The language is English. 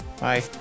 bye